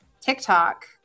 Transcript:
TikTok